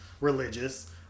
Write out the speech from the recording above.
religious